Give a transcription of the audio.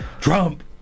Trump